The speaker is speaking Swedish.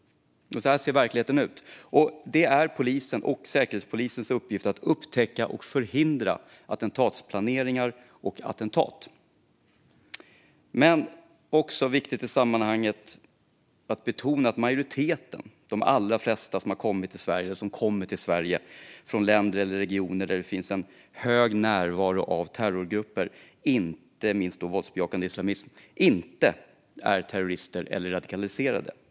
Så ser verkligheten ut. Och det är Polisens och Säkerhetspolisens uppgift att upptäcka och förhindra attentatsplaneringar och attentat. Men det är i sammanhanget viktigt att betona att majoriteten, de allra flesta som har kommit till Sverige eller som kommer till Sverige från länder eller regioner där det finns en hög närvaro av terrorgrupper, inte minst våldsbejakande islamism, inte är terrorister eller radikaliserade.